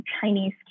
Chinese